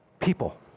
people